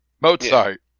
Mozart